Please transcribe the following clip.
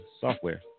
software